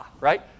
right